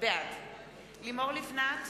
בעד לימור לבנת,